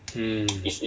mm